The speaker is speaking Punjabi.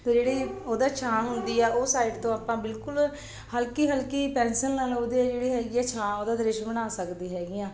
ਅਤੇ ਜਿਹੜੀ ਉਹਦਾ ਛਾਂ ਹੁੰਦੀ ਆ ਉਹ ਸਾਈਡ ਤੋਂ ਆਪਾਂ ਬਿਲਕੁਲ ਹਲਕੀ ਹਲਕੀ ਪੈਨਸਲ ਨਾਲ ਉਹਦੇ ਜਿਹੜੇ ਹੈਗੀ ਹੈ ਛਾਂ ਉਹਦਾ ਦ੍ਰਿਸ਼ ਬਣਾ ਸਕਦੇ ਹੈਗੇ ਹਾਂ